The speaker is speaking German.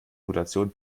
mutation